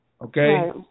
Okay